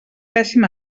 pèssim